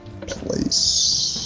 place